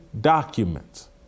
documents